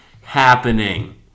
happening